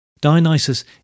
Dionysus